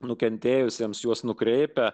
nukentėjusiems juos nukreipia